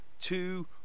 two